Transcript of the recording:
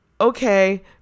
okay